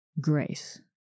grace